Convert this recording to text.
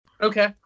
Okay